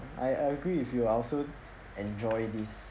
I agree with you I also enjoy this